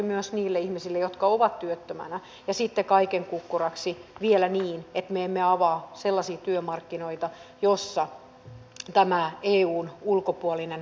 nyt jompikumpi joko ministeri stubb tai ministeri soini on oikeassa toinen väärässä ja kyse on isosta asiasta miljardiluokan vuosittain toistuvasta maksusta